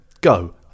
go